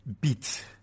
beat